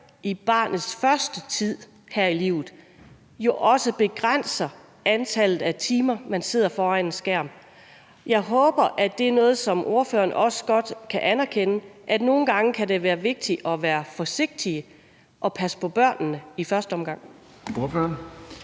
i barnets første tid her i livet begrænser antallet af timer, hvor man sidder foran en skærm. Jeg håber, at det er noget, som ordføreren også godt kan anerkende, altså at det nogle gange kan være vigtigt at være forsigtig og passe på børnene i første omgang.